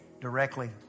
directly